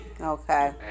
Okay